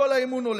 כל האמון הולך.